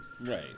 right